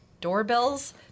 doorbells